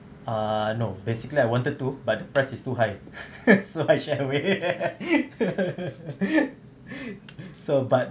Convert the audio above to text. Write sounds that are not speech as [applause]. ah no basically I wanted to but price is too high [laughs] so share away so but